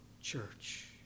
church